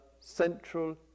central